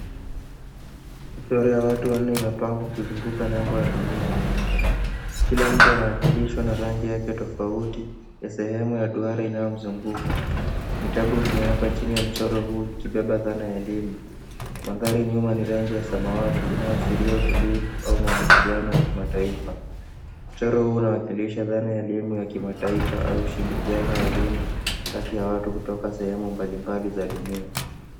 Mchoro huu unaonyesha watu wakiwa wamesimama mzungukoik dunia. Kila mtu ana rangi tofauti inayowakilisha utofauti wa tamaduni au sehemu za dunia wanapotoka. Watu hawa wamezunguka dunia kama ishara ya mshikamano na ushirikiano wa kitaifa na kimataifa. Chini ya mchoro kuna vitabu vinavyoashiria zana za elimu. Mandhari ya samawati nyuma inaonyesha utulivu na mawasiliano baina ya mataifa. Mchoro huu unawakilisha umuhimu wa elimu kama daraja la kuunganisha watu kutoka sehemu tofauti duniani na kuhimiza ushirikiano wa kitaifa na kimataifa katika nyanja za elimu.